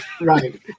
Right